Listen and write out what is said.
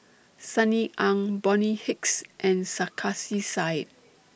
Sunny Ang Bonny Hicks and Sarkasi Said